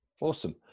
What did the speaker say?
Awesome